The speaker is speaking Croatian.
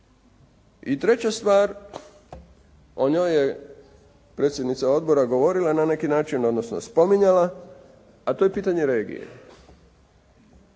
I treća stvar, o njoj je predsjednica odbora govorila na neki način, odnosno spominjala, a to je pitanje regije